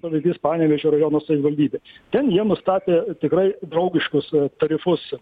pavyzdys panevėžio rajono savivaldybė ten jie nustatė tikrai draugiškus tarifus